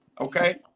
okay